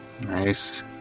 Nice